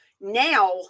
Now